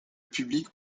public